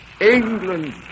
England